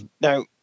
Now